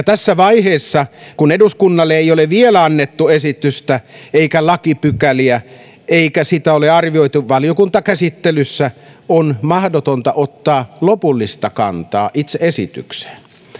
tässä vaiheessa kun eduskunnalle ei ole vielä annettu esitystä eikä lakipykäliä eikä sitä ole arvioitu valiokuntakäsittelyssä on mahdotonta ottaa lopullista kantaa itse esitykseen